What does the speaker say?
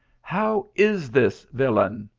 how is this, villain!